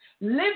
Live